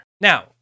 now